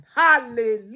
Hallelujah